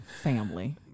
family